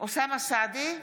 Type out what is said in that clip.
אוסאמה סעדי,